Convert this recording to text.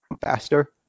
faster